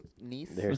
niece